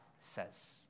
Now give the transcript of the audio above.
says